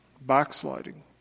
Backsliding